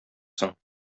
соң